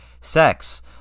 sex